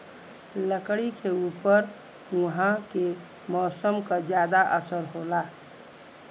लकड़ी के ऊपर उहाँ के मौसम क जादा असर होला